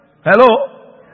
Hello